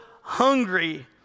hungry